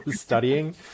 studying